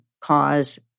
cause